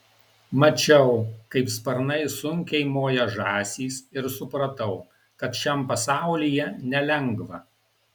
mačiau kaip sparnais sunkiai moja žąsys ir supratau kad šiam pasaulyje nelengva